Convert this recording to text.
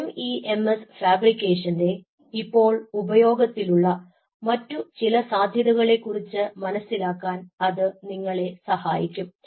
M E M S ഫാബ്രിക്കേഷന്റെ ഇപ്പോൾ ഉപയോഗത്തിലുള്ള മറ്റുചില സാധ്യതകളെ കുറിച്ച് മനസ്സിലാക്കാൻ അതു നിങ്ങളെ സഹായിക്കും